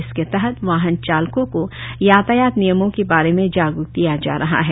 इसके तहत वाहन चालकों को यातायात नियमों के बारे में जागरुक किया जा रहा है